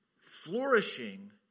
flourishing